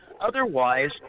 Otherwise